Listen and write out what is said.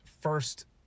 first